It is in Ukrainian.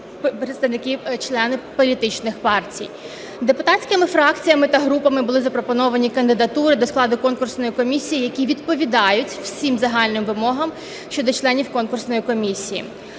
представники – члени політичних партій. Депутатськими фракціями та групами були запропоновані кандидатури до складу конкурсної комісії, які відповідають всім загальним вимогам щодо членів конкурсної комісії.